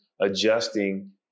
adjusting